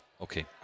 Okay